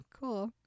cool